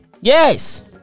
yes